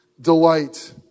delight